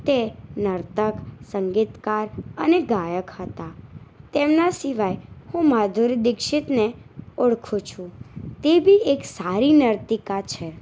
તે નર્તક સંગીતકાર અને ગાયક હતા તેમના સિવાય હું માધુરી દીક્ષિતને ઓળખું છું તે બી એક સારી નર્તિકા છે